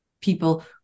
people